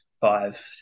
five